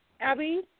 Abby